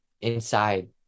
inside